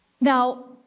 Now